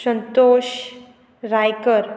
Santosh Raikar